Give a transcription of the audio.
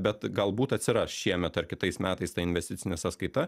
bet galbūt atsiras šiemet ar kitais metais ta investicinė sąskaita